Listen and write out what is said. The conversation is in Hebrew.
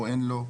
או אין לו.